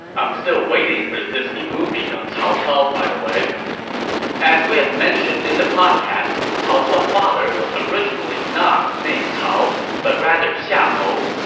i'm still waiting for the disney movie on cao cao, by the way as we have mentioned in the podcast, cao cao's father was originally not named cao, but rather xiahou,